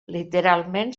literalment